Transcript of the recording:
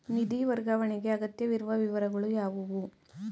ನಿಧಿ ವರ್ಗಾವಣೆಗೆ ಅಗತ್ಯವಿರುವ ವಿವರಗಳು ಯಾವುವು?